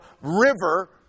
river